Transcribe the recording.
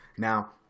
Now